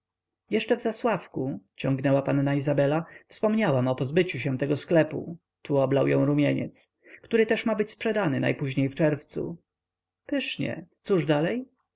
jeszcze w zasławku ciągnęła panna izabela wspominałam o pozbyciu się tego sklepu tu oblał ją rumieniec który też ma być sprzedany najpóźniej w czerwcu pysznie cóż dalej